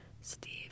Steve